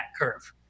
curve